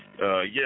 Yes